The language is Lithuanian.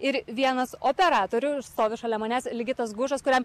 ir vienas operatorių stovi šalia manęs ligitas gužas kuriam